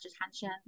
attention